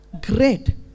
Great